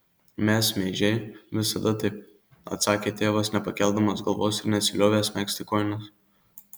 mes meižiai visada taip atsakė tėvas nepakeldamas galvos ir nesiliovęs megzti kojinės